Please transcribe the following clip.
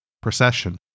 Procession